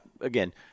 again